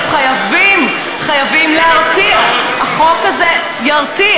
אנחנו חייבים, חייבים להרתיע, והחוק הזה ירתיע.